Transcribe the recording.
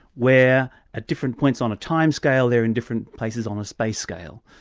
where at different points on a time scale they're in different places on a space scale.